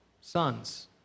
sons